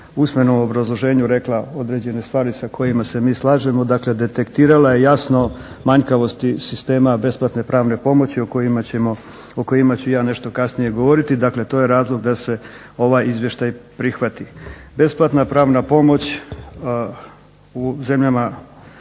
usmenom obrazloženju rekla određene stvari sa kojima se mi slažemo, dakle detektirala je jasno manjkavosti sistema besplatne pravne pomoći o kojima ću ja nešto kasnije govoriti. Dakle to je razlog da se ovaj izvještaj prihvati. Besplatna pravna pomoć u zemljama